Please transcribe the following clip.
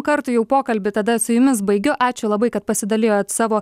kartų jau pokalbį tada su jumis baigiu ačiū labai kad pasidalijot savo